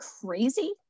crazy